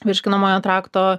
virškinamojo trakto